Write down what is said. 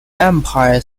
empire